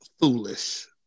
foolish